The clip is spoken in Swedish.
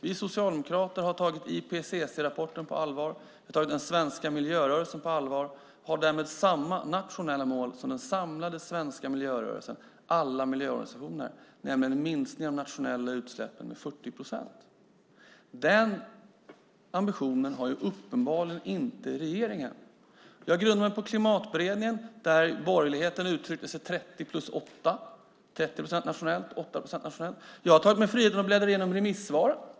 Vi socialdemokrater har tagit IPCC-rapporten och den svenska miljörörelsen på allvar och har därmed samma nationella mål som den samlade svenska miljörörelsen, som alla miljöorganisationer: en minskning av de nationella utsläppen med 40 procent. Den ambitionen har regeringen uppenbarligen inte. Jag grundar det påståendet på Klimatberedningen där borgerligheten uttryckte 30+8, 30 procent nationellt och 8 procent internationellt. Jag har tagit mig friheten att bläddra igenom remissvaren.